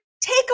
take